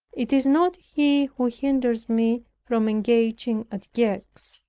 it is not he who hinders me from engaging at gex.